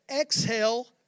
exhale